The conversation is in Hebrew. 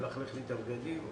ומלכלך לי את הבגדים.